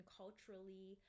culturally